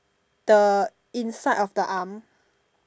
the inside of the arm